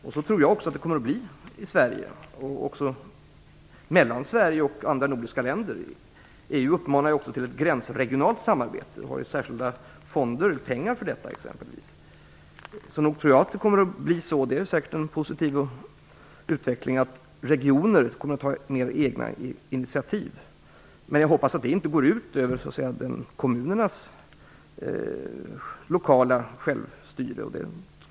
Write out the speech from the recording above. Jag tror att det kommer att bli så också i Sverige, och även mellan Sverige och andra nordiska länder. EU uppmanar ju också till ett gränsregionalt samarbete. Man har särskilda fonder med pengar för detta. Jag tror nog att det kommer att bli så att regioner kommer att ta fler egna initiativ, och det är säkert en positiv utveckling. Jag hoppas att det inte kommer att gå ut över kommunernas lokala självstyre.